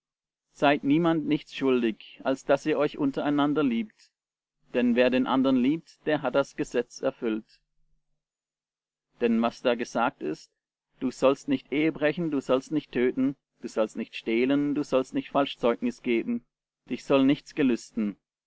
seid niemand nichts schuldig als daß ihr euch untereinander liebt denn wer den andern liebt der hat das gesetz erfüllt denn was da gesagt ist du sollst nicht ehebrechen du sollst nicht töten du sollst nicht stehlen du sollst nicht falsch zeugnis geben dich soll nichts gelüsten